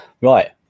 Right